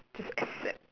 just accept